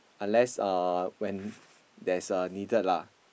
unless uh when there's a needed lah